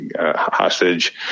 hostage